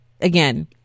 again